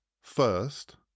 first